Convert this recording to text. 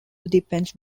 depends